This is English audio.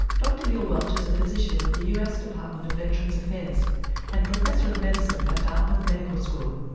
dr gil welch is a physician with the us department of veterans affairs and professor of medicine at dartmouth medical school.